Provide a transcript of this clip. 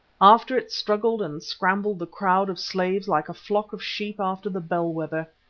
after it struggled and scrambled the crowd of slaves like a flock of sheep after the bell-wether.